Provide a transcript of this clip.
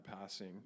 passing